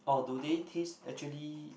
or do they taste actually